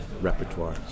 repertoire